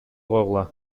койгула